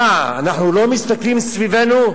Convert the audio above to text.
מה, אנחנו לא מסתכלים סביבנו?